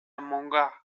många